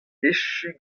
echu